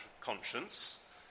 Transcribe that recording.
conscience